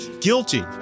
guilty